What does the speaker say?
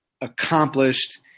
accomplished